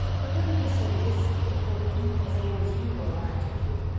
it wouldn't be so risky if they were even as old as you were when i took you.